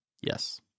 Yes